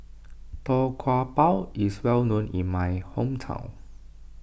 Tau Kwa Pau is well known in my hometown